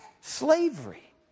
Slavery